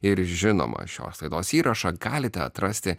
ir žinoma šios laidos įrašą galite atrasti